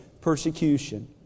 persecution